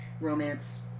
romance